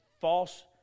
false